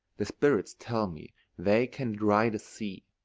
the spirits tell me they can dry the sea,